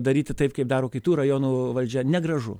daryti taip kaip daro kitų rajonų valdžia negražu